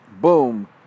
Boom